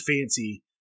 fancy